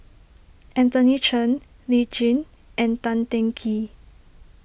Anthony Chen Lee Tjin and Tan Teng Kee